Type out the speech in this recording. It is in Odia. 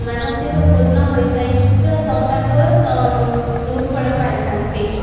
ମାନସିକ ପୂର୍ଣ୍ଣ ହୋଇଥାଏ ତାଙ୍କର ସୁଫଳ ପାଇଥାନ୍ତି